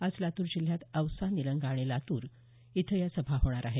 आज लातूर जिल्ह्यात औसा निलंगा आणि लातूर इथं या सभा होणार आहे